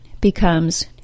becomes